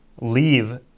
leave